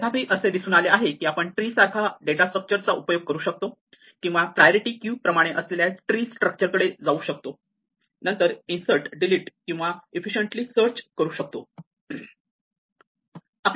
तथापि असे दिसून आले की आपण ट्री सारख्या डेटा स्ट्रक्चर चा उपयोग करू शकतो किंवा प्रायोरिटी क्यू प्रमाणे असलेल्या ट्री स्ट्रक्चर कडे जाऊ शकतो आणि नंतर इन्सर्ट डिलीट किंवा इफिसिएंटली सर्च करू शकतो